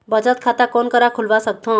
बचत खाता कोन करा खुलवा सकथौं?